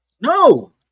No